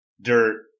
dirt